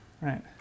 Right